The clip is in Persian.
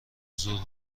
زور